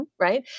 Right